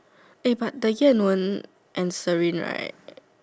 eh but the Yan-Wen and serene right